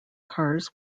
cars